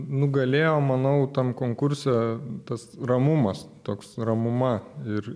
nugalėjo manau tam konkurse tas ramumas toks ramuma ir